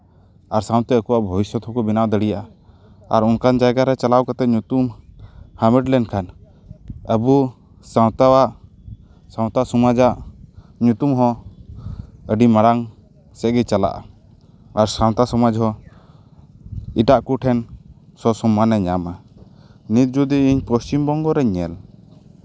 ᱟᱨ ᱥᱟᱶᱛᱮ ᱟᱠᱚᱣᱟᱜ ᱵᱷᱚᱵᱤᱥᱥᱚᱛ ᱦᱚᱸᱠᱚ ᱵᱮᱱᱟᱣ ᱫᱟᱲᱮᱭᱟᱜᱼᱟ ᱟᱨ ᱚᱱᱠᱟᱱ ᱡᱟᱭᱜᱟ ᱨᱮ ᱪᱟᱞᱟᱣ ᱠᱟᱛᱮᱫ ᱧᱩᱛᱩᱢ ᱦᱟᱢᱮᱴ ᱞᱮᱱᱠᱷᱟᱱ ᱟᱵᱚ ᱥᱟᱶᱛᱟ ᱟᱜ ᱥᱟᱶᱛᱟ ᱥᱚᱢᱟᱡᱽ ᱟᱜ ᱧᱩᱛᱩᱢ ᱦᱚᱸ ᱟᱹᱰᱤ ᱢᱟᱨᱟᱝ ᱥᱮᱫ ᱜᱮ ᱪᱟᱞᱟᱜᱼᱟ ᱟᱨ ᱥᱟᱶᱛᱟ ᱥᱚᱢᱟᱡᱽ ᱦᱚᱸ ᱮᱴᱟᱜ ᱠᱚᱴᱷᱮᱱ ᱥᱚᱼᱥᱚᱱᱢᱟᱱᱮ ᱧᱟᱢᱟ ᱱᱤᱛ ᱡᱩᱫᱤ ᱤᱧ ᱯᱚᱥᱪᱷᱤᱢᱵᱚᱝᱜᱚ ᱨᱤᱧ ᱧᱮᱞ